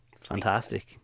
Fantastic